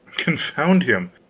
confound him,